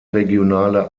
regionale